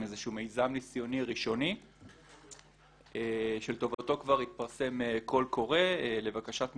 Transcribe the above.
איזשהו מיזם ניסיוני ראשוני שלטובתו כבר התפרסם קול קורא לבקשת תמיכות.